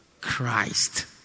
Christ